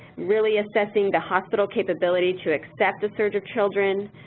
really assessing the hospital capability to accept the surge of children,